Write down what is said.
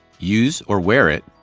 use or wear it,